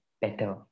better